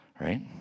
right